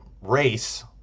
race